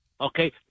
Okay